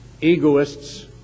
egoists